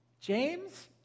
James